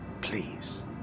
Please